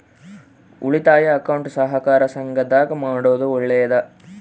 ಉಳಿತಾಯ ಅಕೌಂಟ್ ಸಹಕಾರ ಸಂಘದಾಗ ಮಾಡೋದು ಒಳ್ಳೇದಾ?